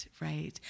right